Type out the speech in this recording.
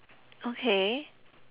okay